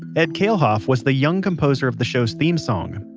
edd kalehoff was the young composer of the show's theme song,